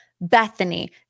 Bethany